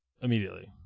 immediately